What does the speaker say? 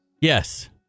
Yes